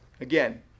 Again